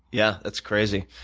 yeah, that's crazy.